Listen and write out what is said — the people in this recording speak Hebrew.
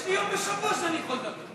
יש לי יום בשבוע שאני יכול לדבר.